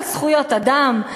על זכויות אדם,